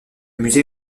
musée